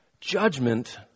judgment